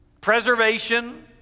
Preservation